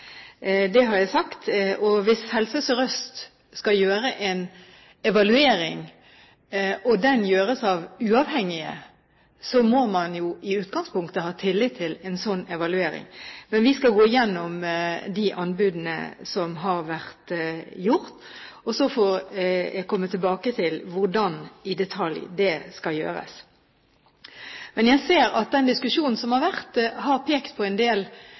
Det har jeg sagt. Hvis Helse Sør-Øst skal gjøre en evaluering og den gjøres av uavhengige, må man i utgangspunktet ha tillit til en slik evaluering. Men vi skal gå igjennom de anbudene som har vært gjort, og så får jeg komme tilbake til hvordan det i detalj skal gjøres. Jeg ser at den diskusjonen som har vært, har pekt på en del